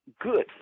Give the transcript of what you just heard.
good